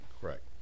correct